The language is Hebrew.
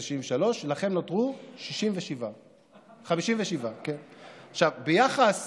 זה 63. לכם נותרו 57. ביחס